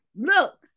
Look